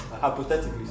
Hypothetically